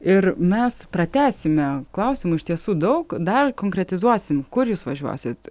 ir mes pratęsime klausimų iš tiesų daug dar konkretizuosim kur jūs važiuosit